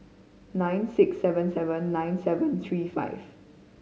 nine six seven seven nine seven three five